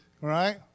right